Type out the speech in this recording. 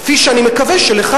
כפי שאני מקווה שלך,